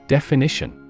Definition